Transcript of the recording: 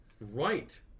Right